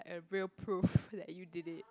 a real proof that you did it